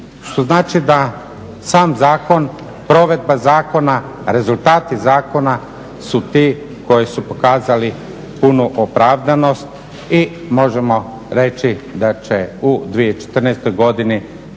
što znači da sam zakon, provedba zakona, rezultati zakona su ti koji su pokazali punu opravdanost i možemo reći da će u 2014. godini